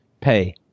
pay